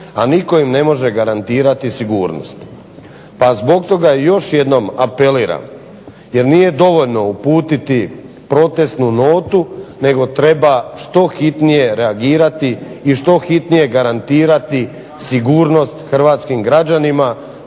a nitko im ne smije garantirati sigurnost. Pa zbog toga još jednom apeliram jer nije dovoljno uputiti protestnu notu nego treba što hitnije reagirati i što hitnije garantirati sigurnost hrvatskim građanima